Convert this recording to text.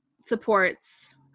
supports